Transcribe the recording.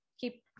Keep